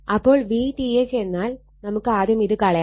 അപ്പോൾ VTH എന്നാൽ നമുക്ക് ആദ്യം ഇത് കളയാം